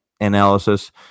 analysis